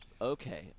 okay